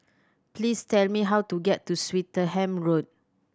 please tell me how to get to Swettenham Road